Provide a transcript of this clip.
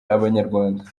abanyarwanda